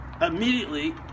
immediately